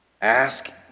Ask